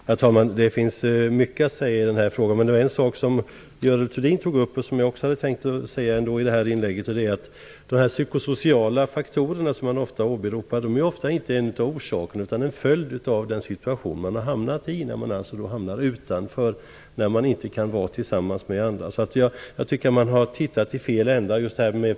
Herr talman! Det finns mycket att säga i denna fråga. Görel Thurdin tog upp en sak som också jag hade tänkt att tala om i detta inlägg: De psykosociala faktorer som man ofta åberopar är ofta inte en av orsakerna utan en följd av den situation man har hamnat i. Man hamnar utanför när man inte kan vara tillsammans med andra. Jag tycker att man har tittat i fel ända.